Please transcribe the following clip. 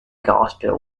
gospel